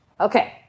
okay